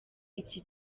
iki